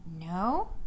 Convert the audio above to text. No